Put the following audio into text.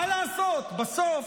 מה לעשות, בסוף,